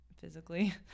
physically